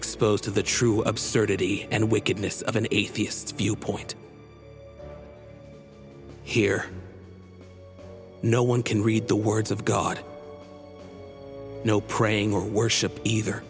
exposed to the true absurdity and wickedness of an atheists viewpoint here no one can read the words of god no praying or worship either